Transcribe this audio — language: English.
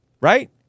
right